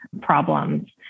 problems